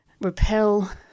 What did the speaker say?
repel